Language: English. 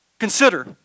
Consider